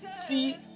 see